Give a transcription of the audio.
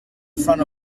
front